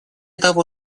того